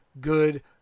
good